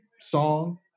song